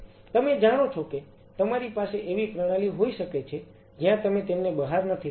તમે જાણો છો કે તમારી પાસે એવી પ્રણાલી હોઈ શકે છે જ્યાં તમે તેમને બહાર નથી લાવતા